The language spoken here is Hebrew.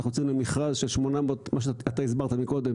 אנחנו יוצאים למכרז מה שאתה הסברת קודם